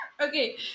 Okay